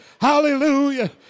Hallelujah